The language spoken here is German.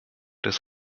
des